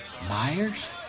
Myers